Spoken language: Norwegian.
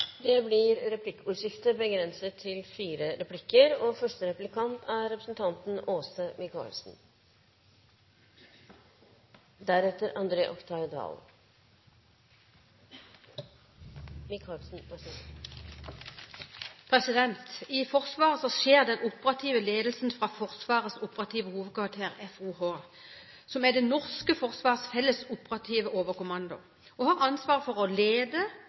Det blir replikkordskifte. I Forsvaret skjer den operative ledelsen fra Forsvarets operative hovedkvarter, FOH, som er det norske forsvarets fellesoperative overkommando, og som har ansvaret for å lede